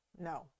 no